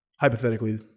hypothetically